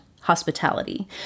hospitality